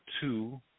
two